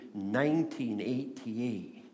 1988